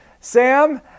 Sam